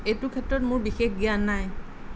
এইটো ক্ষেত্ৰত মোৰ বিশেষ জ্ঞান নাই